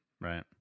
Right